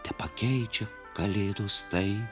tepakeičia kalėdos tai